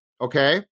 Okay